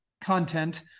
content